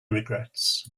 regrets